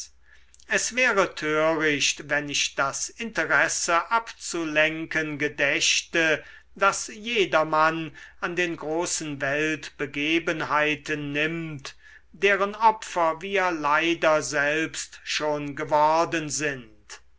es wäre töricht wenn ich das interesse abzulenken gedächte das jedermann an den großen weltbegebenheiten nimmt deren opfer wir leider selbst schon geworden sind